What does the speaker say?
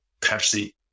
Pepsi